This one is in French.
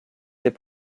ses